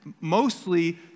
mostly